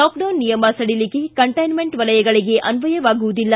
lockdown ನಿಯಮ ಸಡಿಲಿಕೆ containment ವಲಯಗಳಿಗೆ ಅನ್ವಯವಾಗುವುದಿಲ್ಲ